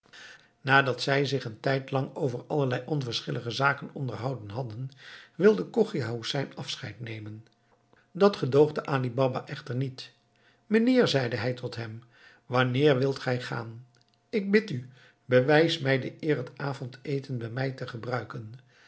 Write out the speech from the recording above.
nadat zij zich een tijd lang over allerlei onverschillige zaken onderhouden hadden wilde chogia hoesein afscheid nemen dat gedoogde ali baba echter niet mijnheer zeide hij tot hem waarheen wilt gij gaan ik bid u bewijs mij de eer het avondeten bij mij te gebruiken